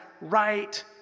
right